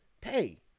Pay